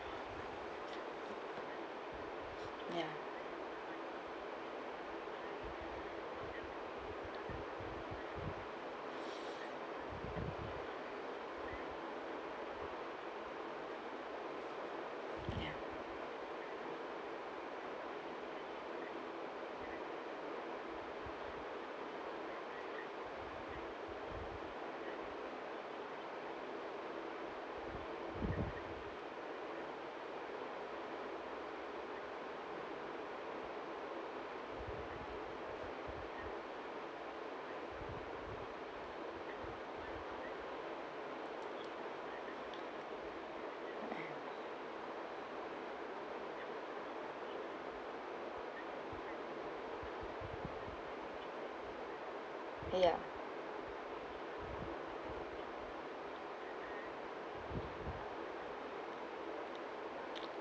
ya ya eh ya